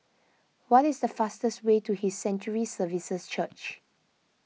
What is the fastest way to His Sanctuary Services Church